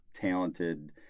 talented